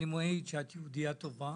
אני מעיד שאת יהודייה טובה.